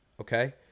okay